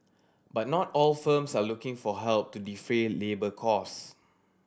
but not all firms are looking for help to defray labour costs